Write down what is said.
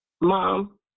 Mom